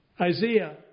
Isaiah